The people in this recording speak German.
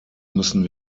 müssen